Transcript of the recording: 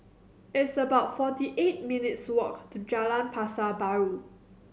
it's about forty eight minutes' walk to Jalan Pasar Baru